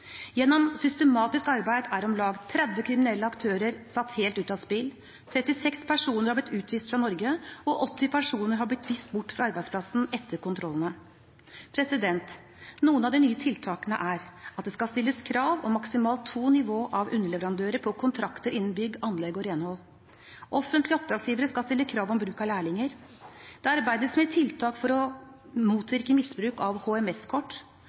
Gjennom systematisk arbeid er om lag 30 kriminelle aktører satt helt ut av spill, 36 personer har blitt utvist fra Norge, og 80 personer har blitt vist bort fra arbeidsplassen etter kontrollene. Noen av de nye tiltakene er at det skal stilles krav om maksimalt to nivåer av underleverandører på kontrakter innen bygg, anlegg og renhold. Offentlige oppdragsgivere skal stille krav om bruk av lærlinger. Det arbeides med tiltak for å motvirke misbruk av